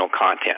content